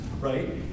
right